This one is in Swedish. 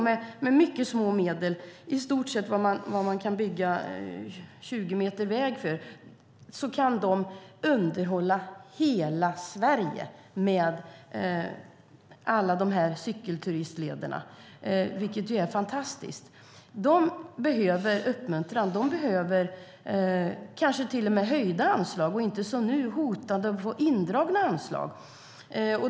Med mycket små medel, i stort sett vad man kan bygga 20 meter väg för, kan de underhålla alla de här cykelturistlederna i hela Sverige, vilket är fantastiskt. De behöver uppmuntran. De behöver kanske till och med höjda anslag - nu hotas de med att få indragna anslag.